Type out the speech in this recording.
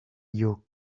your